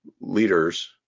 leaders